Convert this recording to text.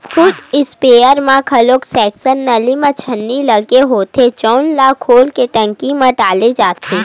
foot sprayer म घलो section नली म छन्नी लगे होथे जउन ल घोर के टंकी म डाले जाथे